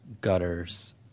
gutters